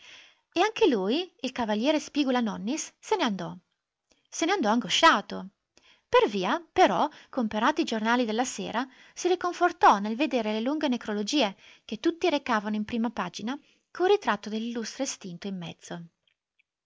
e anche lui il cav spigula-nonnis se ne andò se ne andò angosciato per via però comperati i giornali della sera si riconfortò nel vedere le lunghe necrologie che tutti recavano in prima pagina col ritratto dell'illustre estinto in mezzo